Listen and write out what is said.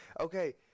Okay